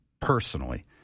personally